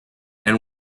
and